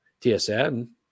TSN